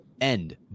end